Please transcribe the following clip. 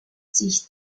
sich